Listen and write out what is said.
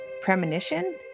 Premonition